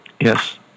Yes